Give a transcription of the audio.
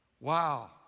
Wow